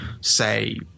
say